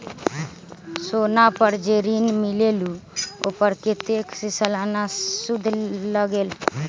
सोना पर जे ऋन मिलेलु ओपर कतेक के सालाना सुद लगेल?